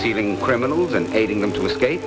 feeding criminals and aiding them to escape